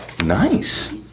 Nice